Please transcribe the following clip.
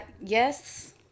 yes